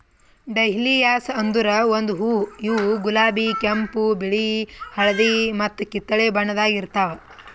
dahlias ಅಂದುರ್ ಒಂದು ಹೂವು ಇವು ಗುಲಾಬಿ, ಕೆಂಪು, ಬಿಳಿ, ಹಳದಿ ಮತ್ತ ಕಿತ್ತಳೆ ಬಣ್ಣದಾಗ್ ಇರ್ತಾವ್